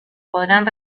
podrán